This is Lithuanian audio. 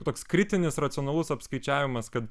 toks kritinis racionalus apskaičiavimas kad